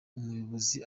umuyobozi